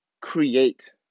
create